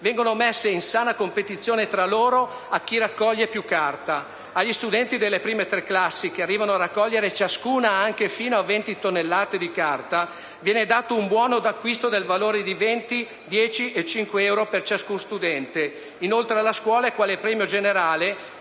vengono messe in sana competizione tra loro a chi raccoglie più carta. Ad ogni studente delle prime tre, le quali arrivano a raccogliere ciascuna fino a 20 tonnellate di carta, viene dato un buono acquisto del valore di 20, 10 e 5 euro. Inoltre, alla scuola quale premio generale